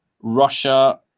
Russia